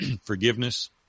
forgiveness